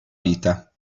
vita